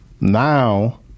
now